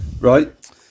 Right